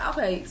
Okay